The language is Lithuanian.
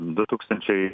du tūkstančiai